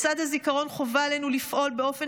לצד הזיכרון חובה עלינו לפעול באופן